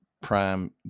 prime